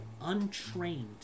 untrained